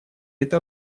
это